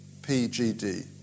PGD